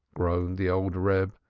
groaned the old reb,